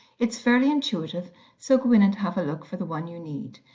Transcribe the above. it's fairly intuitive so go in and have a look for the one you need,